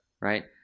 right